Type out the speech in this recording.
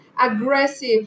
aggressive